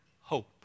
hope